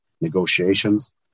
negotiations